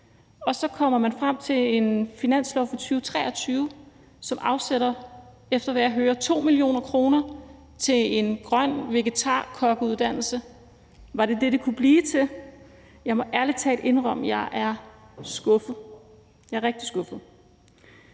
Og så kommer man frem til en finanslov for 2023, som afsætter, efter hvad jeg hører, 2 mio. kr. til en grøn vegetarkokkeuddannelse. Var det det, det kunne blive til? Jeg må ærlig talt indrømme, at jeg er skuffet. Jeg er rigtig skuffet.